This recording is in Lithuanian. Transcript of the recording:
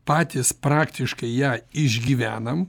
patys praktiškai ją išgyvenam